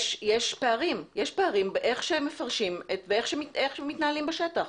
יש פערים איך שמפרשים ואיך שמתנהלים בשטח.